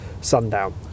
sundown